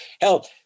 Hell